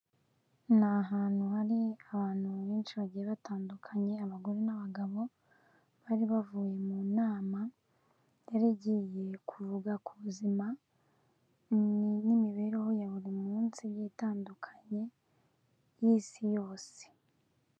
Ni ahantu hari abantu benshi bagiye batandukanye; abagore n'abagabo, bari bavuye mu nama yari igiye kuvuga ku buzima n'imibereho ya buri munsi igiye itandukanye, y'isi yose.